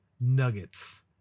nuggets